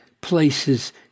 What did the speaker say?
places